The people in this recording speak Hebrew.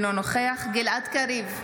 אינו נוכח גלעד קריב,